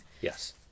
Yes